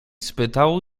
spytał